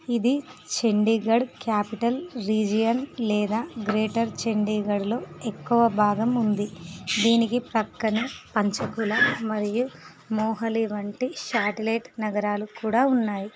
ఇది Chandigarh capital region లేదా greater చండీగఢ్లో ఎక్కువ భాగం ఉంది దీనికి ప్రక్కనే పంచకుల మరియు మొహాలి వంటి శాటిలైట్ నగరాలు కూడా ఉన్నాయి